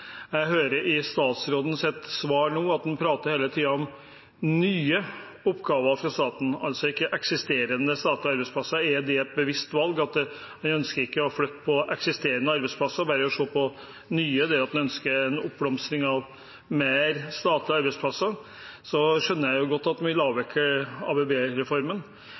Jeg hører i statsrådens svar nå at han hele tiden prater om nye oppgaver for staten, altså ikke eksisterende statlige arbeidsplasser. Er det et bevisst valg at man ikke ønsker å flytte på eksisterende arbeidsplasser, bare å se på nye –at man ønsker en oppblomstring av flere statlige arbeidsplasser? Da skjønner jeg godt at